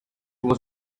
was